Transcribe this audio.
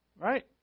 Right